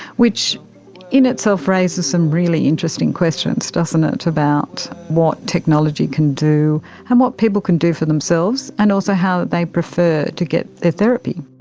which in itself raises some really interesting questions, doesn't it, about what technology can do and what people can do for themselves and also how they prefer to get their therapy.